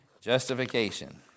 Justification